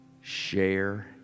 Share